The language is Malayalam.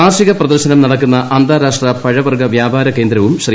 കാർഷിക പ്രദർശനം നടക്കുന്ന അന്താരാഷ്ട്ര പഴവർഗ്ഗ വ്യാപാര കേന്ദ്രവും ശ്രീ